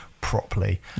properly